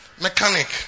Mechanic